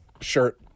shirt